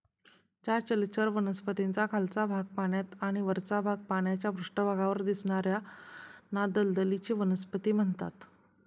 ज्या जलचर वनस्पतींचा खालचा भाग पाण्यात आणि वरचा भाग पाण्याच्या पृष्ठभागावर दिसणार्याना दलदलीची वनस्पती म्हणतात